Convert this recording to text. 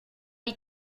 die